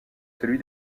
celui